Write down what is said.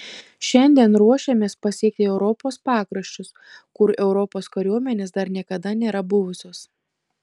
šiandien ruošėmės pasiekti europos pakraščius kur europos kariuomenės dar niekada nėra buvusios